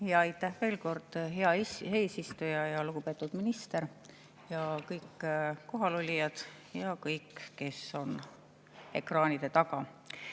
Aitäh veel kord, hea eesistuja! Lugupeetud minister! Kõik kohalolijad ja kõik, kes on ekraanide taga!